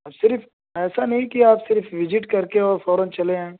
اور صرف ایسا نہیں کہ آپ صرف وجٹ کر کے اور فوراً چلے آئیں